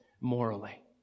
morally